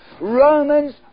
Romans